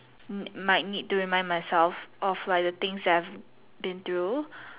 might need to remind myself of like the things I have been through